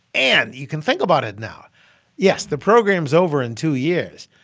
and you can think about it now yes, the program's over in two years,